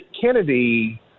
Kennedy –